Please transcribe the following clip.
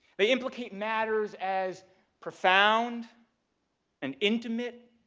they implicate matters as profound and intimate